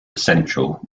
central